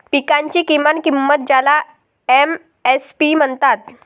पिकांची किमान किंमत ज्याला एम.एस.पी म्हणतात